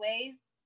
ways